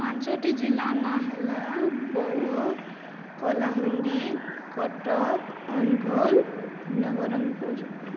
ପାଞ୍ଚଟି ଜିଲ୍ଲା ନାଁ ହେଲା ବୌଦ୍ଧ କଳାହାଣ୍ଡି କଟକ ଅନୁଗୁଳ ନବରଙ୍ଗପୁର